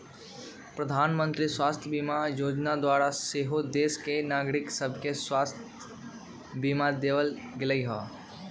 प्रधानमंत्री स्वास्थ्य बीमा जोजना द्वारा सेहो देश के नागरिक सभके स्वास्थ्य बीमा देल गेलइ